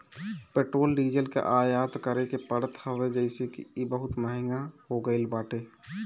petrol diesel कअ आयात करे के पड़त हवे जेसे इ बहुते महंग हो गईल बाटे